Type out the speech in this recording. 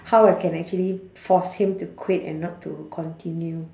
how I can actually force him to quit and not to continue